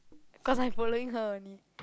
cause I following her only